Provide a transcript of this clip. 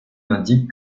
indique